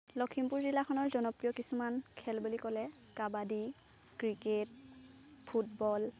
লখিমপুৰ জিলাখনৰ জনপ্ৰিয় কিছুমান খেল বুলি ক'লে কাবাদি ক্ৰীকেট ফুটবল